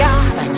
God